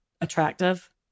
attractive